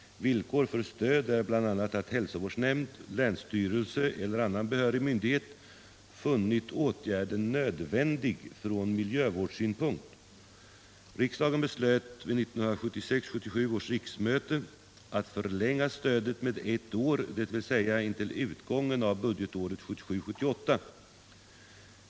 Villkor för stöd är bl.a. att hälsovårdsnämnd, länsstyrelse eller annan behörig myndighet funnit åtgärden nödvändig från miljövårdssynpunkt. Riksdagen beslöt vid 1976 78.